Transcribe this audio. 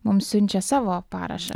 mums siunčia savo parašą